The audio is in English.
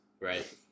Right